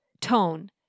tone